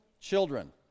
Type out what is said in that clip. children